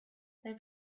they